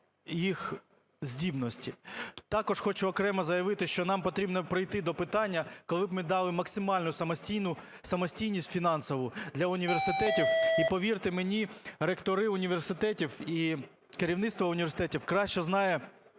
їх здібності. Також хочу окремо заявити, що нам потрібно прийти до питання, коли б ми дали максимальну самостійність фінансову для університетів. І, повірте мені, ректори університетів і керівництво університетів краще знає,